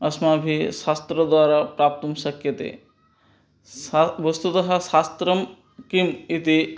अस्माभिः शास्त्रद्वारा प्राप्तुं शक्यते सा वस्तुतः शास्त्रं किम् इति